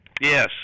Yes